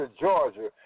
Georgia